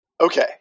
okay